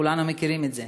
כולנו מכירים את זה.